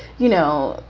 you know,